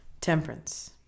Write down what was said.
Temperance